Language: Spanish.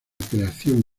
creación